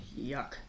Yuck